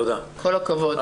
כל הכבוד.